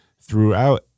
throughout